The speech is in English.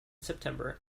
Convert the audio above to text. september